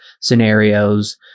scenarios